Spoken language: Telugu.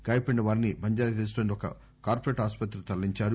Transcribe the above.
గాయపడినవారిని బంజారాహిల్స్ లో ఒక కార్చిరేట్ ఆసుపత్రికి తరలించారు